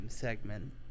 Segment